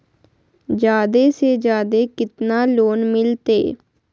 जादे से जादे कितना लोन मिलते?